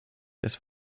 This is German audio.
des